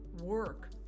work